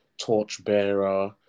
torchbearer